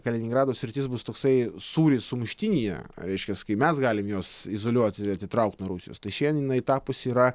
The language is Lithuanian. kaliningrado sritis bus toksai sūris sumuštinyje reiškias kai mes galim juos izoliuoti atitraukt nuo rusijos tai šiandien jinai tapus yra